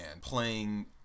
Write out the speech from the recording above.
playing